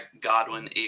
Godwin